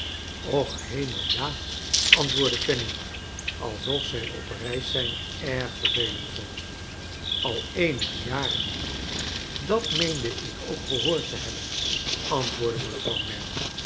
och heme ja antwoordde fanny alsof zij op reis zijn erg vervelend vond a eenige jaren dat meende ik ook gehoord te hebben antwoordde mevrouw merdle